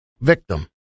victim